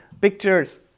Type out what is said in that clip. pictures